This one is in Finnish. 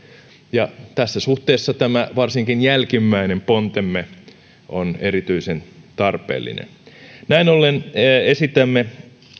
ja tässä suhteessa varsinkin jälkimmäinen pontemme on erityisen tarpeellinen näin ollen esitämme